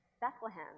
Bethlehem